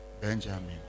Benjamin